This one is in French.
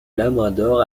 labrador